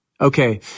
Okay